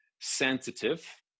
sensitive